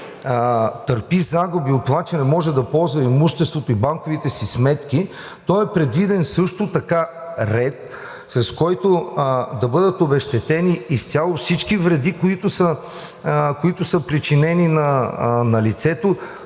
търпи загуби от това, че не може да ползва имуществото и банковите си сметки, то е предвиден също така ред, с който да бъдат обезщетени изцяло всички вреди, които са причинени на лицето,